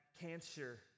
cancer